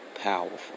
powerful